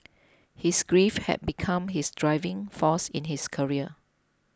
his grief had become his driving force in his career